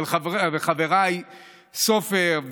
ולחבריי סופר,